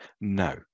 No